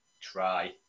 try